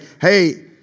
hey